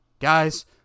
Guys